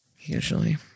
Usually